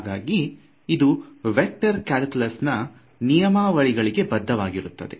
ಹಾಗಾಗಿ ಇದು vector calculus ನಾ ನಿಯಮವಳಿಗಳಿಗೆ ಬದ್ಧವಾಗಿರುತ್ತದೆ